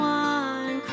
one